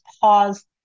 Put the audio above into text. pause